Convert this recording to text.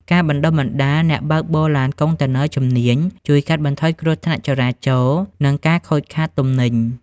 ការបណ្ដុះបណ្ដាល "អ្នកបើកបរឡានកុងតឺន័រជំនាញ" ជួយកាត់បន្ថយគ្រោះថ្នាក់ចរាចរណ៍ និងការខូចខាតទំនិញ។